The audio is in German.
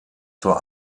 zur